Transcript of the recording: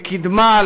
לקדמה,